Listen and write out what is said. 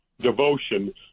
devotion